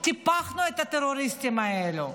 טיפחנו את הטרוריסטים האלו.